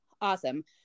awesome